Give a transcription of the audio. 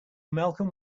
malcolm